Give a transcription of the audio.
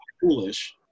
foolish